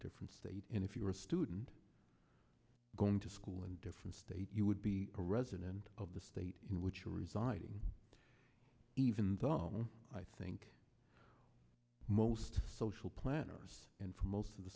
different states and if you were a student going to school in different state you would be a resident of the state in which you are residing even though i think most social planners and for most of the